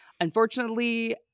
Unfortunately